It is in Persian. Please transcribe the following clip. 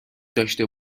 داشته